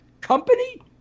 company